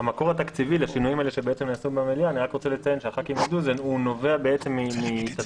רק להגיד שהמקור התקציבי לשינויים האלה שבעצם ייעשו במליאה אני רוצה